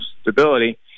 stability